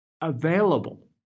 available